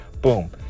Boom